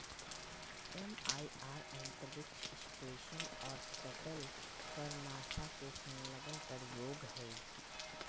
MIR अंतरिक्ष station और shuttle पर नासा के संलग्न प्रयोग हइ